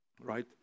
right